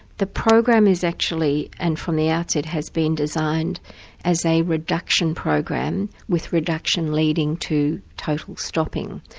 the program is actually, and from the outset, has been designed as a reduction program, with reduction leading to total stopping.